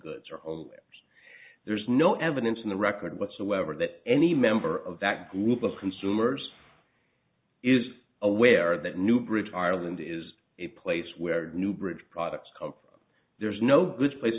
goods are ok there's no evidence in the record whatsoever that any member of that group of consumers is aware that new bridge ireland is a place where new bridge products of there's no good place